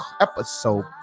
Episode